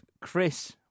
Chris